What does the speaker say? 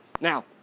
Now